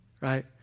right